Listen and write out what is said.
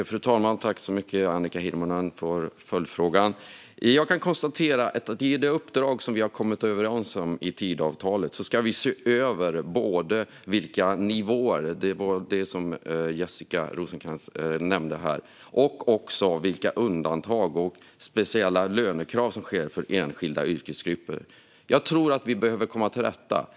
Fru talman! Jag tackar Annika Hirvonen för följdfrågan. Jag kan konstatera att man i det uppdrag som vi har kommit överens om i Tidöavtalet ska se över såväl nivåer - det som Jessica Rosencrantz nämnde - som undantag och speciella lönekrav för enskilda yrkesgrupper. Jag tror att vi behöver komma till rätta med detta.